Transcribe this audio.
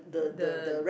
the